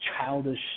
childish